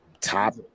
top